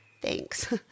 Thanks